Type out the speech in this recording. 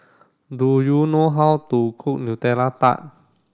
do you know how to cook Nutella Tart